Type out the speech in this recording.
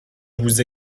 vous